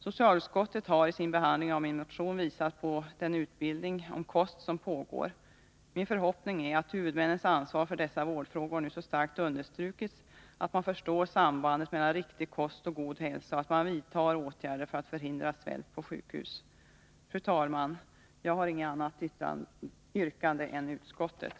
Socialutskottet har i sin behandling av vår motion pekat på den utbildning om kost som pågår. Min förhoppning är att huvudmännens ansvar för dessa vårdfrågor nu så starkt understrukits att man förstår sambandet mellan riktig kost och god hälsa och att man vidtar åtgärder för att förhindra svält på sjukhus. Fru talman! Jag har inget annat yrkande än utskottet.